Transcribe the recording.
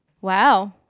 Wow